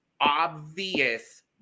obvious